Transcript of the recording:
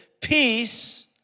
peace